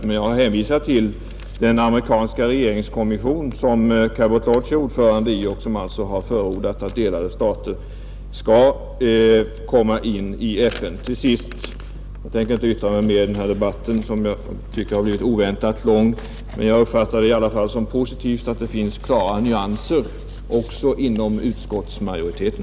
Men jag har hänvisat till den amerikanska regeringskommission som har Cabot Lodge som ordförande och som har förordat att delade stater skall komma in i FN. Till sist: Jag tänker inte yttra mig mer i den här debatten, som jag tycker har blivit oväntat lång. Men jag uppfattar det i alla fall som positivt att det finns klara nyanser också inom utskottsmajoriteten.